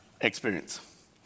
experience